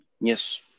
Yes